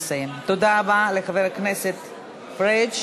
תודה רבה לחבר הכנסת פריג'.